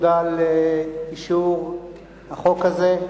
תודה על אישור החוק הזה.